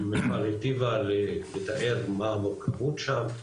ומיכל היטיבה לתאר מה המורכבות שם,